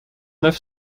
neuf